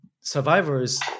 survivors